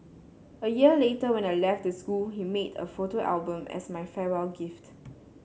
a year later when I left the school he made a photo album as my farewell gift